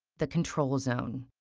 the control zone.